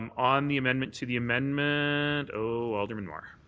um on the amendment to the amendment, oh, alderman mar.